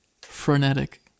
Frenetic